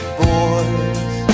boys